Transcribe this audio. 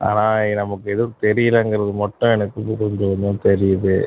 ஆனால் நமக்கு எதுவும் தெரியலங்கிறது மட்டும் எனக்கு கொஞ்சம் கொஞ்சம் தெரியுது